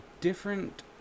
different